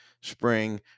spring